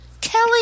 Kelly